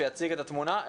שיציג את התמונה.